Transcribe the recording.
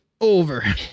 over